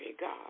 God